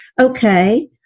okay